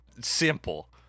simple